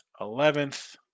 eleventh